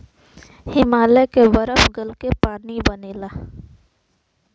हिमालय के बरफ गल क पानी बनेला